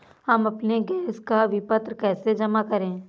हम अपने गैस का विपत्र कैसे जमा करें?